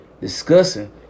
discussing